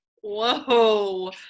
whoa